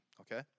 okay